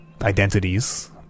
identities